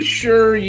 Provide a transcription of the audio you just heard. sure